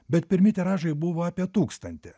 bet pirmi tiražai buvo apie tūkstantį